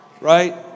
Right